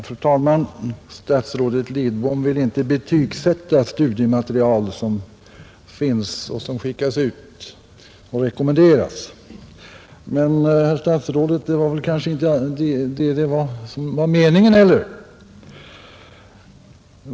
Fru talman! Statsrådet Lidbom vill inte betygsätta studiematerial som finns och som skickas ut och rekommenderas. Men, herr statsråd, det var väl kanske inte det som var meningen heller.